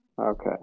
okay